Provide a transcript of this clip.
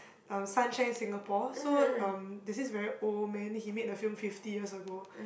um Sunshine Singapore so um there's this very old man he made the film fifty years ago